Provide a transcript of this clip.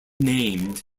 named